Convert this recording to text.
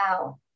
wow